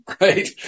right